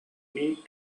need